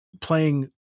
playing